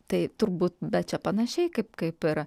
tai turbūt bet čia panašiai kaip kaip ir